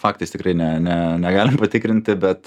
faktais tikrai ne ne negalim patikrinti bet